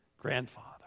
grandfather